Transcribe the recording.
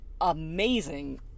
amazing